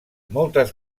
moltes